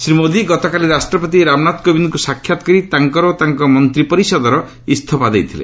ଶ୍ରୀ ମୋଦି ଗତକାଲି ରାଷ୍ଟ୍ରପତି ରାମନାଥ କୋବିନ୍ଦଙ୍କୁ ସାକ୍ଷାତ୍ କରି ତାଙ୍କର ଓ ତାଙ୍କ ମନ୍ତ୍ରୀ ପରିଷଦର ଇସ୍ତଫା ଦେଇଥିଲେ